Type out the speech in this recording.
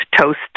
toast